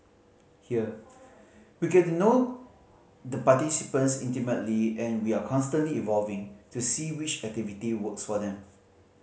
here we get to know the participants intimately and we are constantly evolving to see which activity works for them